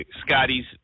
Scotty's